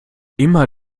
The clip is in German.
immer